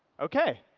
okay.